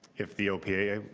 if the opa,